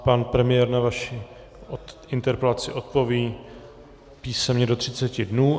Pan premiér na vaši interpelaci odpoví písemně do třiceti dnů.